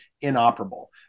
inoperable